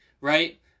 right